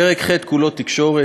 פרק ח' כולו (תקשורת),